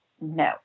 No